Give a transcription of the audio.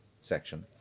section